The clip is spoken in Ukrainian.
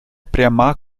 пряма